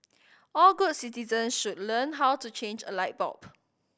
all good citizens should learn how to change a light bulb